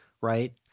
right